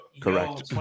Correct